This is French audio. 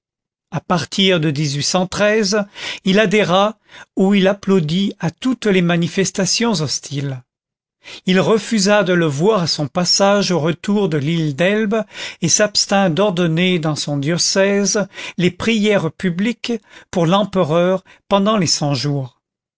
manifestations hostiles il refusa de le voir à son passage au retour de l'île d'elbe et s'abstint d'ordonner dans son diocèse les prières publiques pour l'empereur pendant les cent-jours